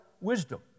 wisdom